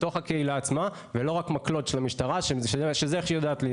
מתוך הקהילה עצמה ולא רק מקלות של המשטרה.